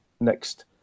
next